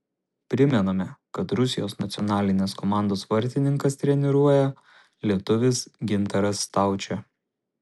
primename kad rusijos nacionalinės komandos vartininkus treniruoja lietuvis gintaras staučė